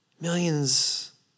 millions